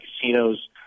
casinos